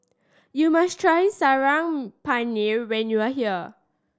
you must try Saag Paneer when you are here